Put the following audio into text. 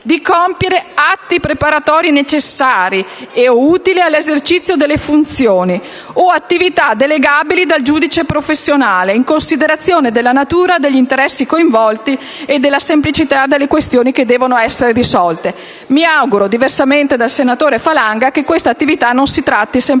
di compiere atti preparatori necessari o utili all'esercizio delle funzioni od attività delegabili dal giudice professionale, in considerazione della natura degli interessi coinvolti e della semplicità delle questioni che devono essere risolte. Mi auguro, diversamente dal senatore Falanga, che questa attività non si traduca nel mero